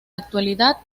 actualidad